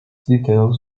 details